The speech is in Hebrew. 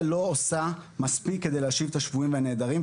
לא עושה מספיק כדי להשיב את השבויים והנעדרים.